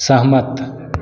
सहमत